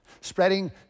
Spreading